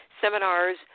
seminars